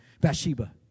Bathsheba